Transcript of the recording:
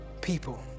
people